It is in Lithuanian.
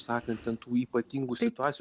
sakant ten tų ypatingų situacijų